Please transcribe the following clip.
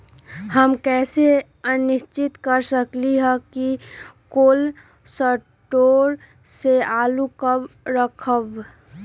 हम कैसे सुनिश्चित कर सकली ह कि कोल शटोर से आलू कब रखब?